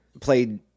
played